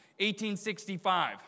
1865